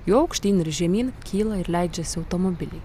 juo aukštyn ir žemyn kyla ir leidžiasi automobiliai